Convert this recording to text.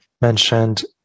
mentioned